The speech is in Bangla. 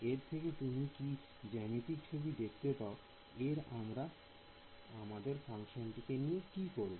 এর থেকে তুমি কি জ্যামিতিক ছবি দেখতে পাও এবং আমরা আমাদের ফাংশনটি কে নিয়ে কি করব